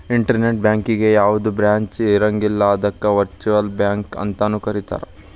internet ಬ್ಯಾಂಕಿಗೆ ಯಾವ್ದ branch ಇರಂಗಿಲ್ಲ ಅದಕ್ಕ ವರ್ಚುಅಲ್ ಬ್ಯಾಂಕ ಅಂತನು ಕರೇತಾರ